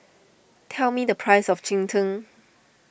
tell me the price of Cheng Tng